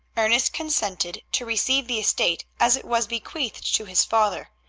ernest consented to receive the estate as it was bequeathed to his father,